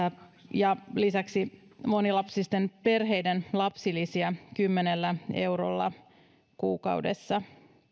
ja lisäksi monilapsisten perheiden lapsilisiä kymmenellä eurolla kuukaudessa